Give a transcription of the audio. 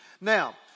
Now